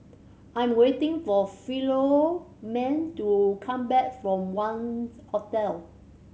I am waiting for Philomene to come back from Wangz Hotel